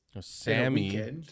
Sammy